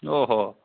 ओहो